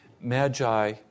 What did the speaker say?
Magi